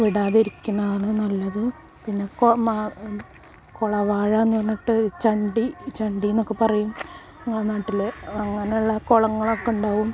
വിടാതിരിക്കുന്നതാണ് നല്ലത് പിന്നെ കുളവാഴ എന്ന് പറഞ്ഞിട്ട് ചണ്ടി ചണ്ടിയെന്നൊക്കെ പറയും ഞങ്ങളെ നാട്ടിൽ അങ്ങനെയുള്ള കുളങ്ങളൊക്കെയുണ്ടാവും